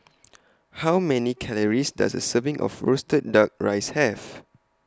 How Many Calories Does A Serving of Roasted Duck Rice Have